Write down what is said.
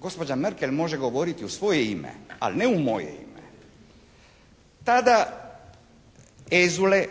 gospođa Merkel može govoriti u svoje ime, ali ne u moje ime. Tada inzule